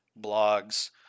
Blogs